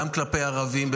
גם כלפי ערבים,